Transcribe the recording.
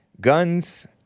guns